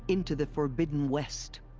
into the forbidden west!